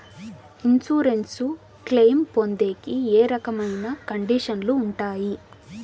Insurance claim పొందేకి ఏ రకమైన కండిషన్లు ఉంటాయి?